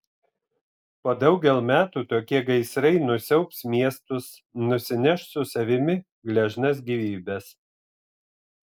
po daugel metų tokie gaisrai nusiaubs miestus nusineš su savimi gležnas gyvybes